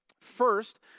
First